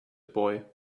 boy